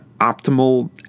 optimal